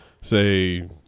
say